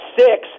six